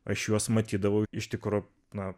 aš juos matydavau iš tikro na